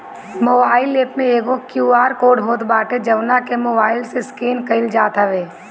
mobile app में एगो QR code होत बाटे जवना के मोबाईल से स्केन कईल जात हवे